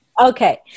Okay